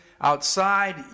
outside